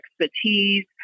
expertise